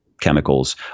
chemicals